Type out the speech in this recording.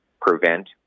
prevent